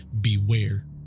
beware